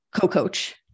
co-coach